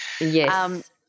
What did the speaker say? Yes